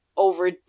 Over